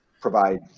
provide